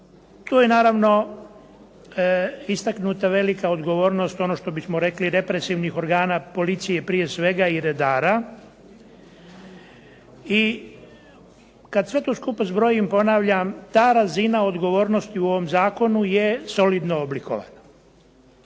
To je naravno istaknuta velika odgovornost, ono što bismo rekli represivnih organa, prije svega policije i redara i kada sve to skupa zbrojim ponavljam ta razina odgovornosti u ovom zakonu je solidno oblikovana.